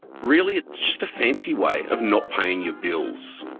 really, it's just a fancy way of not paying your bills.